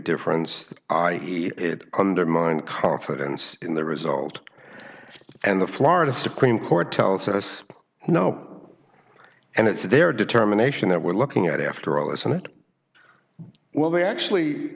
difference that i see it undermine confidence in the result and the florida supreme court tells us you know and it's their determination that we're looking at after all isn't it well they actually